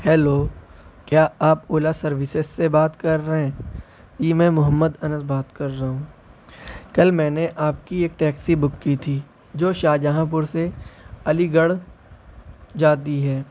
hello کیا آپ Ola services سے بات کر رہے ہیں جی میں محمد انس بات کر رہا ہوں کل میں نے آپ کی ایک ٹیکسی بک کی تھی جو شاہجہاں پور سے علی گڑھ جاتی ہے